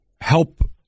help